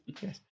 yes